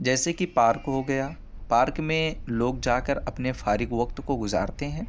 جیسے کہ پارک ہو گیا پارک میں لوگ جا کر اپنے فارغ وقت کو گزارتے ہیں